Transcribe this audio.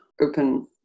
open